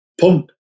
pump